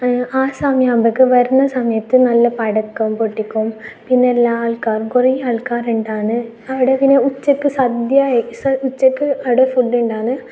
ആ സമയമാകുമ്പോഴേക്ക് വരുന്ന സമയത്ത് നല്ല പടക്കം പൊട്ടിക്കും പിന്നെ എല്ലാ ആൾക്കാറും കുറേ ആൾക്കാരുണ്ടാന്ന് ആടെ പിന്നെ ഉച്ചക്ക് സദ്യ ഉച്ചക്ക് ആടെ ഫുഡുണ്ടാന്ന്